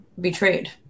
betrayed